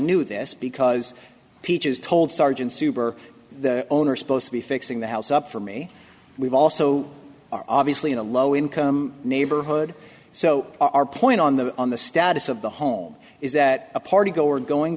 knew this because peaches told sergeant suber the owner supposed to be fixing the house up for me we've also are obviously in a low income neighborhood so our point on the on the status of the home is that a party goer going